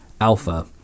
alpha